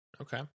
Okay